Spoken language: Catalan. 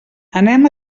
anem